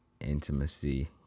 intimacy